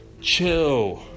Chill